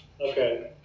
Okay